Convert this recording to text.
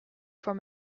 from